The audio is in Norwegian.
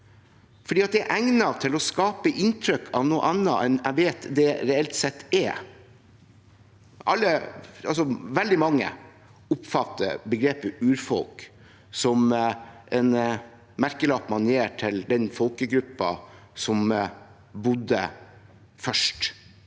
for det er egnet til å skape inntrykk av noe annet enn det jeg vet det reelt sett er. Veldig mange oppfatter begrepet «urfolk» som en merkelapp man gir til den folkegruppen som bodde først